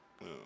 No